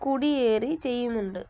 കുടിയേറി ചെയ്യുന്നുണ്ട്